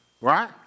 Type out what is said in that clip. Right